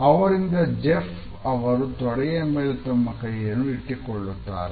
ಅವರಿಂದ ಜೆಫ್ ಅವರು ತೊಡೆಯ ಮೇಲೆ ತಮ್ಮ ಕೈಯನ್ನು ಇಟ್ಟುಕೊಳ್ಳುತ್ತಾರೆ